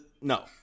no